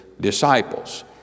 disciples